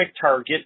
target